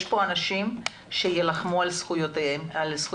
יש פה אנשים שיילחמו על זכויותיכם,